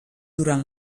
durant